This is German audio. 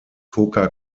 coca